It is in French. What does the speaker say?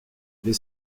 les